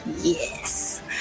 yes